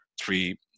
three